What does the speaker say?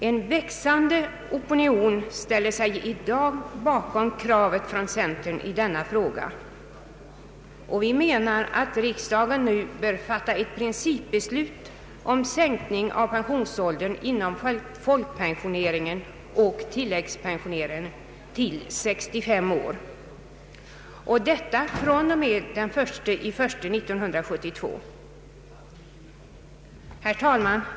En växande opinion ställer sig i dag bakom kravet från centern i denna fråga. Vi anser att riksdagen nu bör fatta ett principiellt beslut om sänkning av pensionsåldern inom folkpensioneringen och tilläggspensioneringen till 65 år och detta från och med den 1 januari 1972. Herr talman!